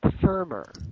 firmer